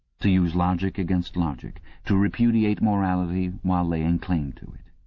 to use logic against logic, to repudiate morality while laying claim to it,